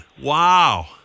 Wow